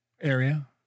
area